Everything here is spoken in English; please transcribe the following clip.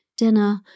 dinner